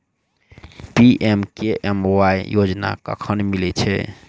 PMKMY योजना कखन मिलय छै?